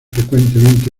frecuentemente